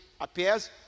appears